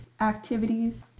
activities